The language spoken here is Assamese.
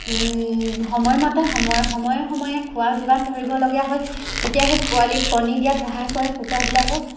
সময়মতে সময় সময়ে সময়ে খোৱা যোগান ধৰিবলগীয়া হয় তেতিয়া সেই পোৱালি কণী দিয়াত সহায় কৰে কুকুৰাবিলাকক